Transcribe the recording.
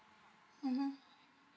mmhmm